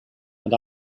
and